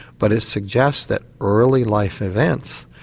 but it suggests that early life events,